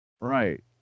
Right